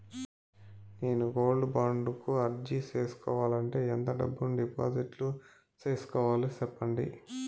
నేను gold bond కు అర్జీ సేసుకోవాలంటే ఎంత డబ్బును డిపాజిట్లు సేసుకోవాలి సెప్పండి